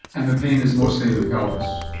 and the pain is mostly in the pelvis?